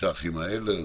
התקש"חים האלה.